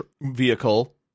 vehicle